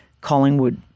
Collingwood